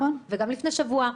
גם לפני שבוע,